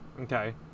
Okay